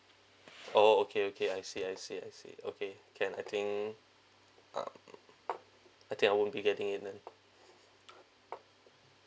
orh okay okay I see I see I see okay can I think um I think I won't be getting it then